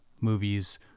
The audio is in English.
movies